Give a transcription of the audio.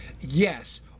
Yes